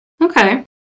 okay